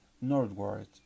northward